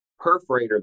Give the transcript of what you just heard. perforator